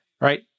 right